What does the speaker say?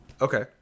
Okay